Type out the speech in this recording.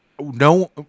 no